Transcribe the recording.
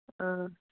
ꯎꯝ